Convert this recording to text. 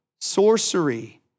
sorcery